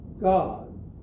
god